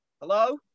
hello